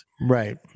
Right